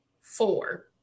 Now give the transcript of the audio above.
four